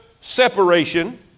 separation